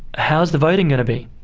how's the voting going to be?